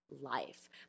life